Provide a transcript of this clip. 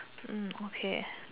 okay